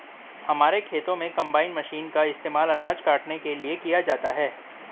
हमारे खेतों में कंबाइन मशीन का इस्तेमाल अनाज काटने के लिए किया जाता है